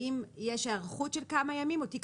האם יש היערכות של כמה ימים או תיק